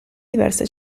diverse